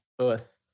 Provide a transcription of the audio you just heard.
earth